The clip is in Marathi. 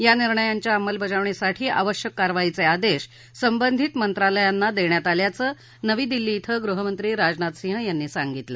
या निर्णयांच्या अंमजबजावणीसाठी आवश्यक कारवाईचे आदेश संबंधित मंत्रालयांना देण्यात आल्याचं नवी दिल्ली खें गृहमंत्री राजनाथ सिंह यांनी सांगितलं